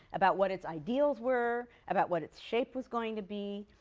about what its ideals were, about what its shape was going to be.